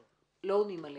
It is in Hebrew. לא עונים עליה,